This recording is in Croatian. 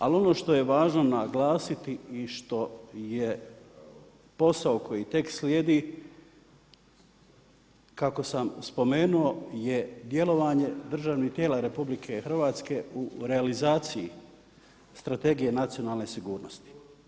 Ali ono što je važno naglasiti i što je posao koji tek slijedi, kako sam spomenuo, je djelovanje državnih tijela RH, u realizaciji strategije nacionalne sigurnosti.